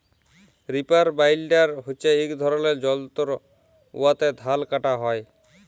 reaper binder হছে ইক ধরলের যল্তর উয়াতে ধাল কাটা হ্যয়